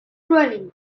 running